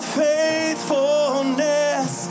faithfulness